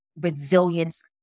resilience